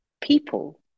people